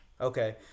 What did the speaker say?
okay